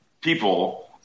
people